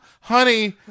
honey